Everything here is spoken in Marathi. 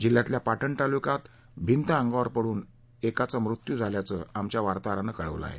जिल्ह्यातल्या पाटण तालुक्यात भिंत अंगावर पडून एक जणाचा मृत्यू झाल्याचं आमच्या वार्ताहरानं कळवलं आहे